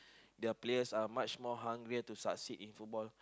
their players are much more hungrier to succeeded in football